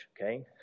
Okay